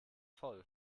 voll